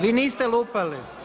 Vi niste lupali?